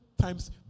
times